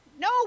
no